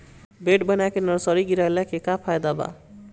Bed बना के nursery गिरवले के का फायदा बा?